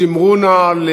שמרו נא על